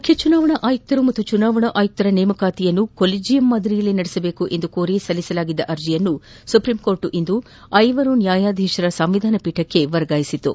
ಮುಖ್ಯ ಚುನಾವಣಾ ಆಯುಕ್ತರು ಹಾಗೂ ಚುನಾವಣಾ ಆಯುಕ್ತರ ನೇಮಕಾತಿಯನ್ನು ಕೊಲಿಜೆಯಂ ಮಾದರಿಯಲ್ಲಿ ನಡೆಸಬೇಕು ಎಂದು ಕೋರಿ ಸಲ್ಲಿಸಲಾಗಿದ್ದ ಅರ್ಜಿಯನ್ನು ಸುಪ್ರೀಂ ಕೋರ್ಟ್ ಇಂದು ಐವರು ನ್ನಾಯಾಧೀಶರ ಸಾಂವಿಧಾನಿಕ ಪೀಠಕ್ಷೆ ವರ್ಗಾಯಿಸಿತು